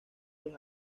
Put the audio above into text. los